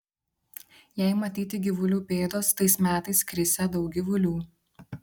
jei matyti gyvulių pėdos tais metais krisią daug gyvulių